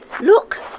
Look